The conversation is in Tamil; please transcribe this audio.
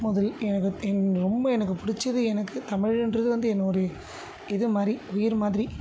முதல் எனக்கு எனக்கு ரொம்ப எனக்கு பிடிச்சது எனக்கு தமிழுன்றது வந்து என்னுடைய இதுமாதிரி உயிர் மாதிரி